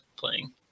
playing